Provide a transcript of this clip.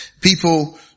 people